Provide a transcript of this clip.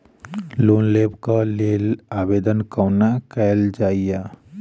Loan लेबऽ कऽ लेल आवेदन कोना कैल जाइया?